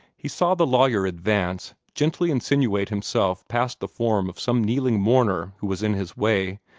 he saw the lawyer advance, gently insinuate himself past the form of some kneeling mourner who was in his way,